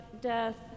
death